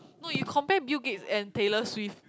no you compare Bill Gates and Taylor Swift